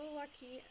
lucky